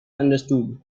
understood